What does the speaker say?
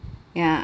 ya